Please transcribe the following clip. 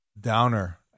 downer